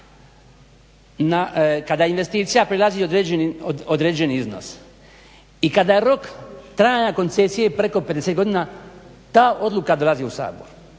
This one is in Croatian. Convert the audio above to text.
kada investicija prelazi određeni iznos i kada je rok dana trajanja koncesije preko pedeset godina, ta odluka dolazi u Sabor.